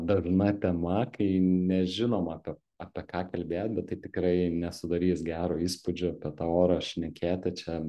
dažna tema kai nežinom apie apie ką kalbėt bet tai tikrai nesudarys gero įspūdžio apie tą orą šnekėti čia